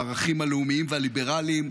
הערכים הלאומיים והליברליים,